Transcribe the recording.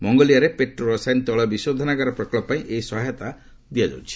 ମଙ୍ଗୋଲିଆରେ petro ରସାୟନ ତୈଳ ବିଶୋଧନାଗାର ପ୍ରକଳ୍ପ ପାଇଁ ଏହି ସହାୟତା ଦିଆଯିବ